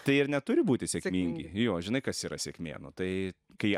tai ir neturi būti sėkmingi jo žinai kas yra sėkmė nu tai kai